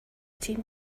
team